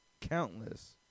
countless